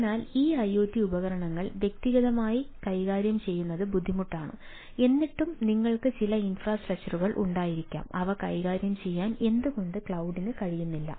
അതിനാൽ ഈ ഐഒടി ഉപകരണങ്ങൾ വ്യക്തിഗതമായി കൈകാര്യം ചെയ്യുന്നത് ബുദ്ധിമുട്ടാണ് എന്നിട്ടും നിങ്ങൾക്ക് ചില ഇൻഫ്രാസ്ട്രക്ചറുകൾ ഉണ്ടായിരിക്കണം അവ കൈകാര്യം ചെയ്യാൻ എന്തുകൊണ്ട് ക്ലൌഡിന് കഴിയുന്നില്ല